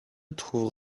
trouvent